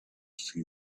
see